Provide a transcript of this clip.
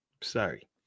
Sorry